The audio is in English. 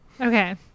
Okay